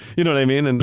you know what i mean? and